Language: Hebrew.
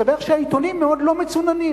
מסתבר שהעיתונים מאוד לא מצוננים.